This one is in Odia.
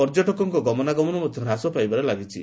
ପର୍ଯ୍ୟଟକଙ୍କ ଗମନାଗମନ ମଧ୍ୟ ହ୍ରାସ ପାଇବାରେ ଲାଗିଛି